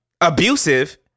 abusive